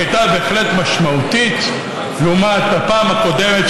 שהייתה בהחלט משמעותית לעומת הפעם הקודמת,